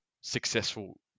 successful